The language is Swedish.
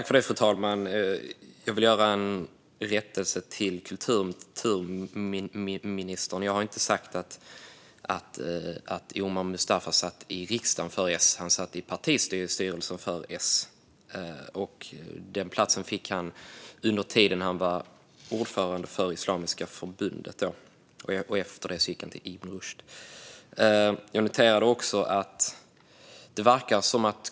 Fru talman! Jag vill göra en rättelse till kulturministern. Jag har inte sagt att Omar Mustafa satt i riksdagen för Socialdemokraterna, utan han satt i partistyrelsen. Den platsen fick han under tiden då han var ordförande för Islamiska Förbundet. Efter det gick han till Ibn Rushd.